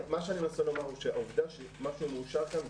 מה שאני מנסה לומר הוא שהעובדה שמשהו מאושר כאן,